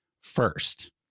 first